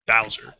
Bowser